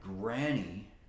granny